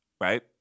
right